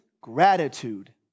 gratitude